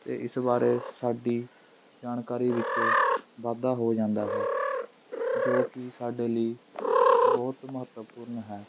ਅਤੇ ਇਸ ਬਾਰੇ ਸਾਡੀ ਜਾਣਕਾਰੀ ਵਿੱਚ ਵਾਧਾ ਹੋ ਜਾਂਦਾ ਹੈ ਜੋ ਕਿ ਸਾਡੇ ਲਈ ਬਹੁਤ ਮਹੱਤਵਪੂਰਨ ਹੈ